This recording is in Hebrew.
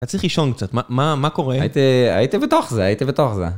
אתה צריך לישון קצת, מה קורה? היית בתוך זה, היית בתוך זה.